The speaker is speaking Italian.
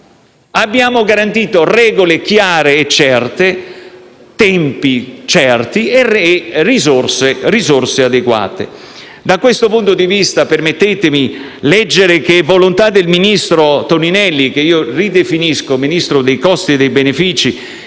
poco conto - regole chiare e certe, tempi certi e risorse adeguate. Da questo punto di vista permettetemi di dire che la volontà del ministro Toninelli - da me ridefinito Ministro dei costi e dei benefici